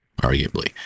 arguably